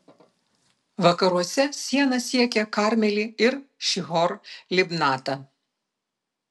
vakaruose siena siekė karmelį ir šihor libnatą